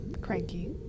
cranky